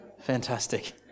Fantastic